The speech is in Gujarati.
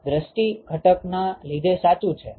તે દ્રષ્ટી ઘટકના લીધે સાચું છે